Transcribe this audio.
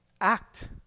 act